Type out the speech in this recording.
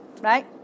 right